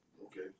Okay